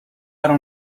don’t